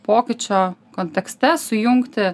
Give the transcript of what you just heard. pokyčio kontekste sujungti